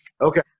Okay